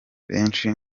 benshi